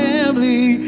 family